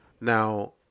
Now